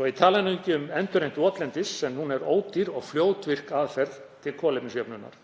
að ég tali nú ekki um endurheimt votlendis sem er ódýr og fljótvirk aðferð til kolefnisjöfnunar.